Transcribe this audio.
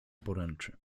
poręczy